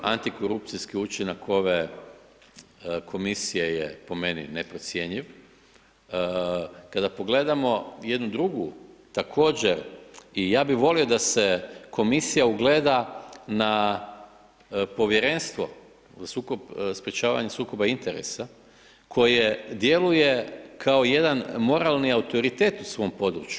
Antikorupcijski učinak ove komisije je po meni neprocjenjiv, kada pogledamo, jednu drugu, također i ja bi volio da se komisija ugleda na povjerenstvo sprječavanje sukoba interesa, koji djeluje kao jedan moralni autoritet u svom području.